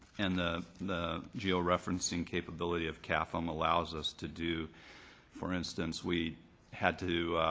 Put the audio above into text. and the the geo-referencing capability of cafm allows us to do for instance, we had to